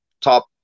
top